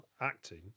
acting